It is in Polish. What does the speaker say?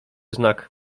znak